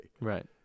right